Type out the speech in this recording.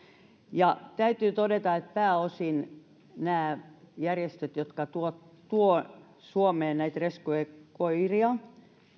ja täytyy todeta että pääosin nämä järjestöt jotka tuovat tuovat suomeen rescuekoiria